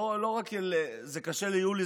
זה קשה ליולי,